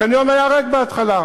החניון היה ריק בהתחלה,